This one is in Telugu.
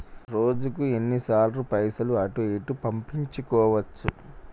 రోజుకు ఎన్ని సార్లు పైసలు అటూ ఇటూ పంపించుకోవచ్చు?